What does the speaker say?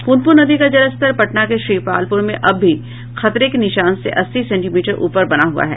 पुनपुन नदी का जलस्तर पटना के श्रीपालपुर में अब भी खतरे के निशान से अस्सी सेंटीमीटर ऊपर बना हुआ है